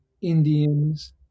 Indians